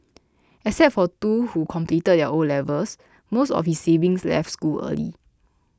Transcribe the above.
except for two who completed their O levels most of his siblings left school early